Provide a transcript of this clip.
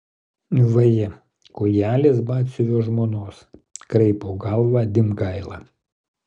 vaje kojelės batsiuvio žmonos kraipo galvą dimgaila